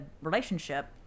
relationship